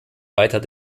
weiter